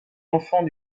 enfants